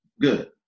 Good